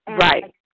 Right